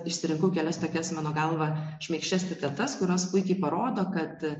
išsirinkau kelias tokias mano galva šmaikščias citatas kurios puikiai parodo kad